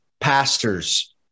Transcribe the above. pastors